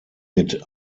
mit